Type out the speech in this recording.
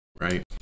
right